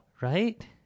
Right